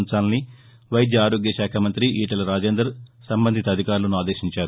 ఉంచాలని వైద్య ఆరోగ్య శాఖ మంత్రి ఈటెల రాజేందర్ సంబంధిత అధికారులను ఆదేశించారు